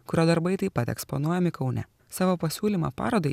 kurio darbai taip pat eksponuojami kaune savo pasiūlymą parodai